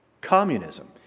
communism